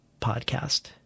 podcast